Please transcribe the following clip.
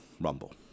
Rumble